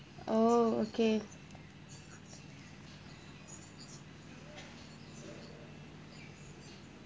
oh okay